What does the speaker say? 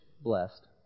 blessed